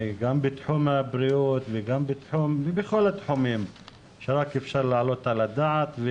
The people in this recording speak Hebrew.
בתחום הבריאות ובכל התחומים שרק אפשר להעלות על הדעת.